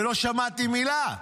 ולא שמעתי מילה.